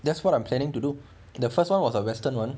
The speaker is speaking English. that's what I'm planning to do the first [one] was a western [one]